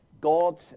God